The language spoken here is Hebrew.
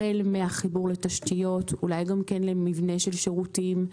החל מהחיבור לתשתיות, אולי גם למבנה של שירותים,